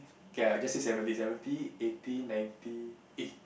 okay I'll just say seventy seventy eighty ninety eh